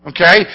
Okay